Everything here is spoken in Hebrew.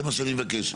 זה מה שאני מבקש.